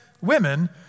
women